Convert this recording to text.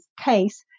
case